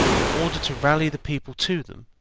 in order to rally the people to them,